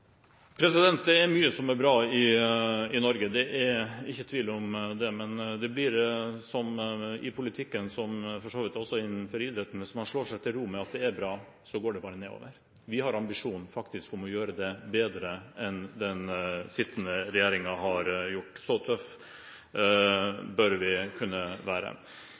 Det er mye som er bra i Norge, det er ikke tvil om det. Men det blir i politikken som for så vidt også innenfor idretten, at hvis man slår seg til ro med at det er bra, går det bare nedover. Vi har faktisk ambisjon om å gjøre det bedre enn den forrige regjeringen har gjort. Så tøffe bør vi kunne være.